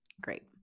great